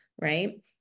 right